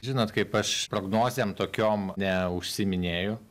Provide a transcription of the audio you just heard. žinot kaip aš prognozėm tokiom neužsiiminėju